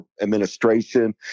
administration